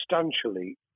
substantially